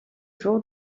jour